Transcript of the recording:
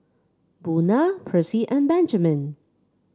Buna Percy and Benjamin